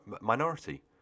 minority